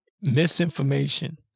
misinformation